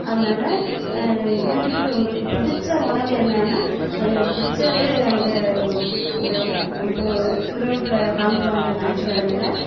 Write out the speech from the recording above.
அதனால் யூடியூப்பில் உங்களுக்கு பிடிச்ச உணவு என்னென்னா எனக்கு பிடிச்சது அந்த இந்த குரூப்பில் காமிக்குவாங்க ஞாயிற்றுக்கிழமையில